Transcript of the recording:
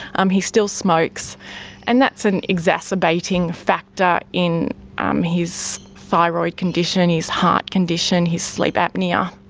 um he still smokes and that's an exacerbating factor in um his thyroid condition, his heart condition, his sleep apnoea.